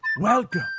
welcome